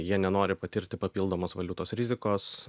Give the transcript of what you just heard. jie nenori patirti papildomos valiutos rizikos